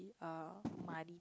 err muddy